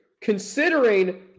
considering